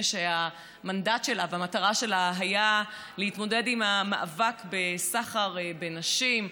שהמנדט שלה והמטרה שלה היו להתמודד עם המאבק בסחר בנשים,